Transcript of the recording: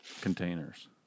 containers